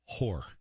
whore